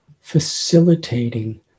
facilitating